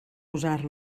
usar